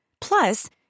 Plus